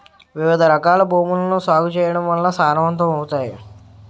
వివిధరకాల భూములను సాగు చేయడం వల్ల సారవంతమవుతాయి